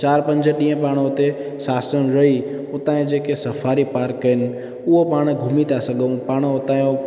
चार पंज ॾींहं पाण हुते सांसण रही उतां जा जेके सफ़ारी पार्क आहिनि उहो पाण घुमी था सघूं पाण उतां जो